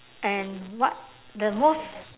and what the most